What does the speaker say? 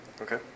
Okay